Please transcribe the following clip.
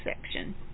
section